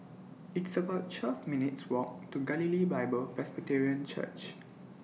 It's about twelve minutes' Walk to Galilee Bible Presbyterian Church